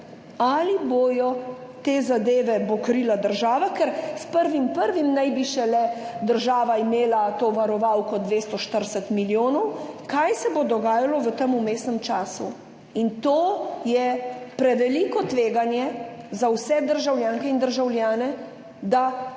Ali te zadeve po krila država, ker s 1. 1. naj bi šele država imela to varovalko 240 milijonov. Kaj se bo dogajalo v tem vmesnem času? In to je preveliko tveganje za vse državljanke in državljane, da na